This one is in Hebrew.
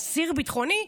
אסיר ביטחוני,